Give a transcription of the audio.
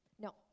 No